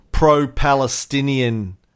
pro-Palestinian